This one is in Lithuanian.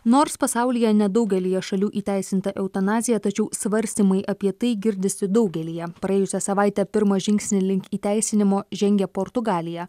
nors pasaulyje nedaugelyje šalių įteisinta eutanazija tačiau svarstymai apie tai girdisi daugelyje praėjusią savaitę pirmą žingsnį link įteisinimo žengė portugalija